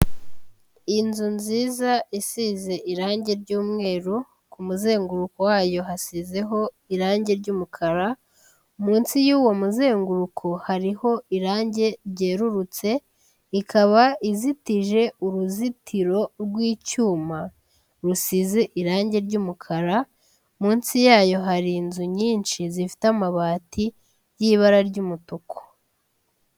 Inzu nziza isize irangi ry'umweru ku muzenguruko wayo hasizeho irangi ry'umukara, munsi y'uwo muzenguruko hariho irangi ryerurutse, ikaba izitije uruzitiro rw'icyuma, rusize irangi ry'umukara, munsi yayo hari inzu nyinshi zifite amabati y'ibara ry'umutuku.